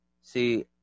See